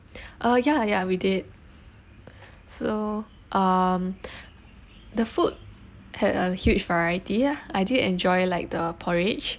uh ya ya we did so um the food had a huge variety ah I did enjoy like the porridge